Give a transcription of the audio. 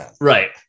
Right